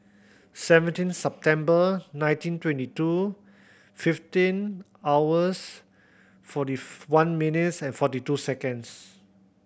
seventeen September nineteen twenty two fifteen hours forty one minutes and forty two seconds